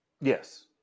Yes